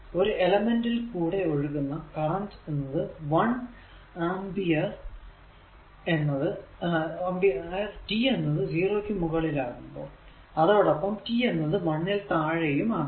ഒരു എലെമെന്റിൽ കൂടെ ഒഴുകുന്ന കറന്റ് എന്നത് 1 അമ്പിയർ t എന്നത് 0 നു മുകളിൽ ആകുമ്പോൾ അതോടൊപ്പം t എന്നത് 1ൽ താഴെയും ആകണം